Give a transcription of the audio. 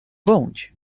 bądź